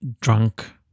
drunk